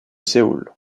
séoul